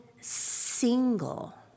single